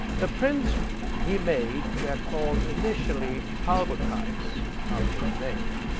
the prints he made were called initially talbotypes after his name.